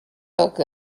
look